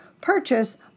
purchase